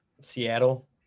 Seattle